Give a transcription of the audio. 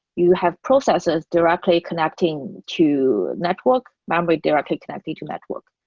you have processes directly connecting to network, memory directly connecting to network.